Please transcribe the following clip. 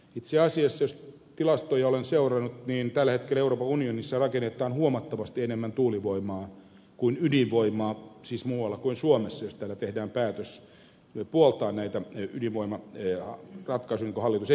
itse asiassa kun tilastoja olen seurannut tällä hetkellä euroopan unionissa siis muualla kuin suomessa rakennetaan huomattavasti enemmän tuulivoimaa kuin ydinvoimaa jos täällä tehdään päätös puoltaa näitä ydinvoimaratkaisuja niin kuin hallitus esittää